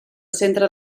centre